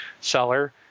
seller